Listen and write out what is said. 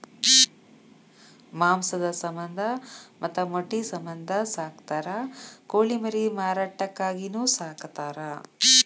ಮಾಂಸದ ಸಮಂದ ಮತ್ತ ಮೊಟ್ಟಿ ಸಮಂದ ಸಾಕತಾರ ಕೋಳಿ ಮರಿ ಮಾರಾಟಕ್ಕಾಗಿನು ಸಾಕತಾರ